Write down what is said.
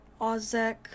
Ozek